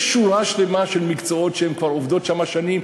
יש שורה שלמה של מקצועות שהן כבר עובדות שם שנים,